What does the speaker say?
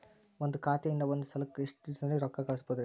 ಒಂದ್ ಖಾತೆಯಿಂದ, ಒಂದ್ ಸಲಕ್ಕ ಎಷ್ಟ ಜನರಿಗೆ ರೊಕ್ಕ ಕಳಸಬಹುದ್ರಿ?